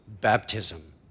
baptism